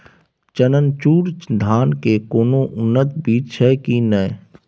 चननचूर धान के कोनो उन्नत बीज छै कि नय?